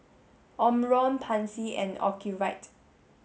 Omron Pansy and Ocuvite